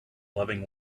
loving